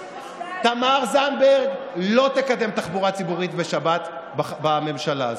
52. תמר זנדברג לא תקדם תחבורה ציבורית בשבת בממשלה הזאת,